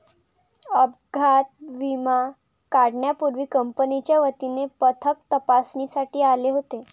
अपघात विमा काढण्यापूर्वी कंपनीच्या वतीने पथक तपासणीसाठी आले होते